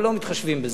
אבל לא מתחשבים בזה.